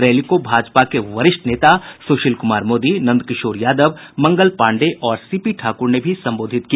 rally को भाजपा के वरिष्ठ नेता सुशील कुमार मोदी नंद किशोर यादव मंगल पांडेय और सीपी ठाकुर ने भी संबोधित किया